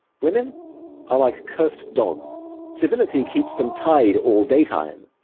women are like cursed dogs civility keeps them tied all daytime,